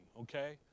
okay